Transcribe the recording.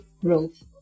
growth